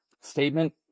statement